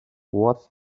what